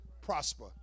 prosper